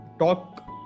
talk